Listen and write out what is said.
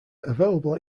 available